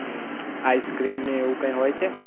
હં આઇસક્રીમને એવું કંઈ હોય છે